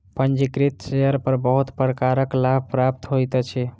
पंजीकृत शेयर पर बहुत प्रकारक लाभ प्राप्त होइत अछि